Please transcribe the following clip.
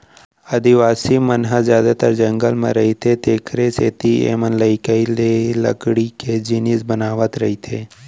आदिवासी मन ह जादातर जंगल म रहिथे तेखरे सेती एमनलइकई ले लकड़ी के जिनिस बनावत रइथें